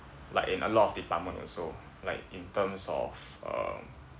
like in a lot of department also like in terms of uh